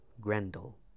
Grendel